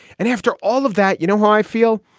and after all of that, you know how i feel.